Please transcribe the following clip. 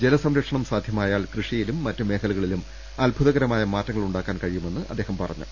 ജലസംരക്ഷണം സാധ്യമായാൽ കൃഷി യിലും മറ്റ് മേഖലകളിലും അത്ഭുതകരമായ മാറ്റങ്ങളുണ്ടാക്കാൻ കഴിയു മെന്ന് അദ്ദേഹം പറഞ്ഞു